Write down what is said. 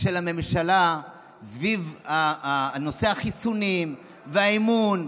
של הממשלה סביב נושא החיסונים והאמון,